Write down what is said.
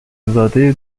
زاده